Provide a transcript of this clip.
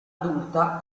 adulta